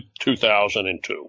2002